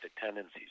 tendencies